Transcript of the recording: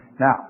Now